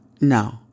No